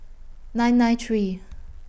nine nine three